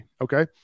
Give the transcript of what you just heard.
Okay